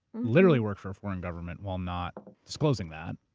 literally worked for a foreign government while not disclosing that,